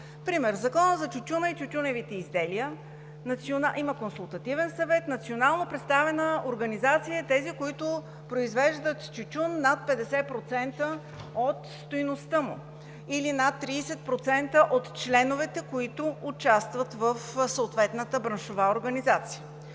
Примерно Законът за тютюна и тютюневите изделия има Консултативен съвет и национално представена организация, тези, които произвеждат тютюн с над 50% от стойността му или над 30% от членовете, които участват в съответната браншова организация.